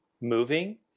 moving